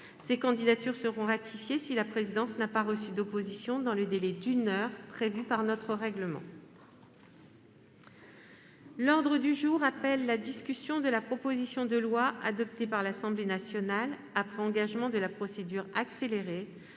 Ces candidatures seront ratifiées si la présidence n'a pas reçu d'opposition dans le délai d'une heure prévu par notre règlement. L'ordre du jour appelle la discussion de la proposition de loi, adoptée par l'Assemblée nationale après engagement de la procédure accélérée,